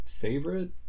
favorite